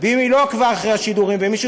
ואם היא לא עקבה אחרי השידורים ומישהו